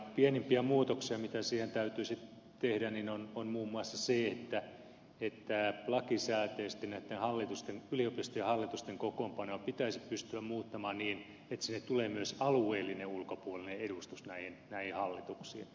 pienimpiä muutoksia mitä siihen täytyisi tehdä on muun muassa se että lakisääteisesti näitten yliopistojen hallitusten kokoonpanoa pitäisi pystyä muuttamaan niin että näihin hallituksiin tulee myös alueellinen ulkopuolinen edustus